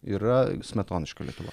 yra smetoniška lietuva